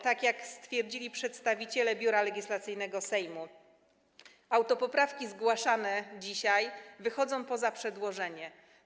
Tak jak stwierdzili przedstawiciele Biura Legislacyjnego Sejmu, autopoprawki zgłaszane dzisiaj wychodzą poza przedłożenie.